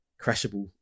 crashable